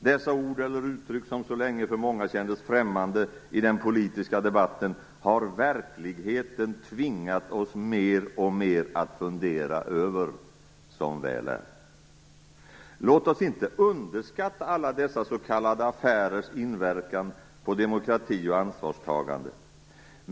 Dessa ord eller uttryck som så länge för många kändes främmande i den politiska debatten har verkligheten mer och mer tvingat oss att fundera över, som väl är. Låt oss inte underskatta alla dessa s.k. affärers inverkan på demokrati och ansvarstagande.